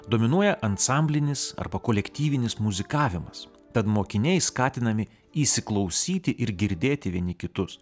dominuoja ansamblinis arba kolektyvinis muzikavimas tad mokiniai skatinami įsiklausyti ir girdėti vieni kitus